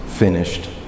finished